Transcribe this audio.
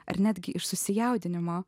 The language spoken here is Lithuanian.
ar netgi iš susijaudinimo